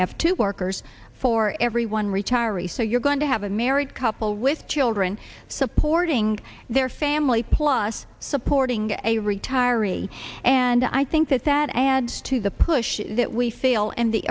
have two workers for every one retiree so you're going to have a married couple with children supporting their family plus supporting a retiree and i think that that adds to the push that we fail and the